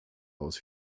aus